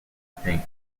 think